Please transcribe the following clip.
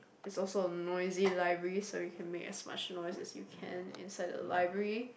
it's a noisy library so you can make as much as noise as you can inside the library